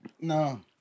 No